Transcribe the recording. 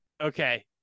Okay